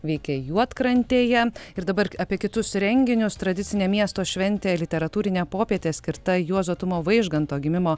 veikia juodkrantėje ir dabar apie kitus renginius tradicinę miesto šventę literatūrinė popietė skirta juozo tumo vaižganto gimimo